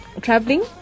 Traveling